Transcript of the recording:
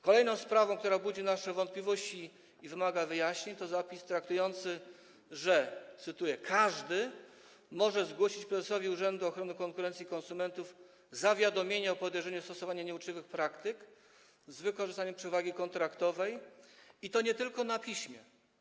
Kolejną sprawą, która budzi nasze wątpliwości i wymaga wyjaśnień, jest zapis traktujący o tym, że, cytuję, każdy może zgłosić prezesowi Urzędu Ochrony Konkurencji i Konsumentów zawiadomienie o podejrzeniu stosowania nieuczciwych praktyk z wykorzystaniem przewagi kontraktowej, i to nie tylko na piśmie.